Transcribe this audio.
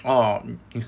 orh